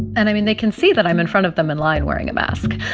and, i mean, they can see that i'm in front of them in line wearing a mask,